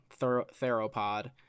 theropod